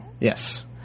Yes